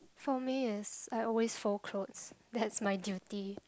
for me it's I always fold clothes that's my duty